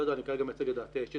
אני כרגע מייצג את דעתי האישית,